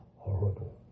horrible